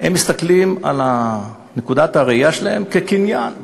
הם מסתכלים על נקודת הרעייה שלהם כקניין לשנים,